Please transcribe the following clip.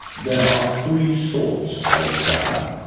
there are three sorts of dao.